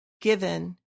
given